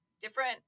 different